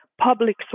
public